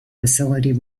facility